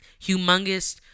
humongous